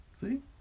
See